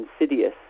insidious